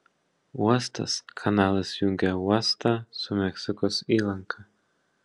uostas kanalas jungia uostą su meksikos įlanka